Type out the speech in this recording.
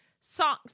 song